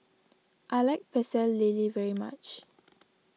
I like Pecel Lele very much